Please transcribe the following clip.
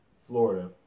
Florida